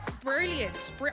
Brilliant